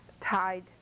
tied